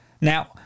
Now